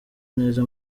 neza